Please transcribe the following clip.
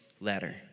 letter